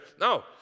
No